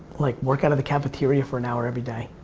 like work out of the cafeteria for an hour every day.